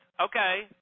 Okay